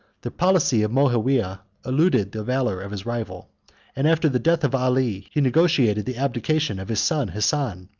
the policy of moawiyah eluded the valor of his rival and, after the death of ali, he negotiated the abdication of his son hassan,